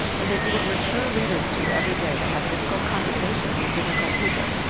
and they do what mature leaders do everyday they have difficult conversations with difficult people,